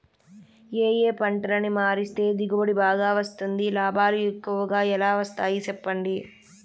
ఏ ఏ పంటలని మారిస్తే దిగుబడి బాగా వస్తుంది, లాభాలు ఎక్కువగా ఎలా వస్తాయి సెప్పండి